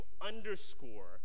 underscore